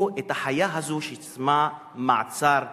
החיה הזאת ששמה מעצר מינהלי,